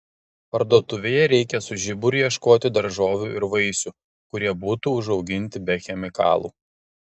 parduotuvėje reikia su žiburiu ieškoti daržovių ir vaisių kurie būtų užauginti be chemikalų